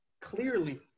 clearly